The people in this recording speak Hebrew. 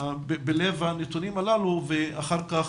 בלב הנתונים הללו ואחר כך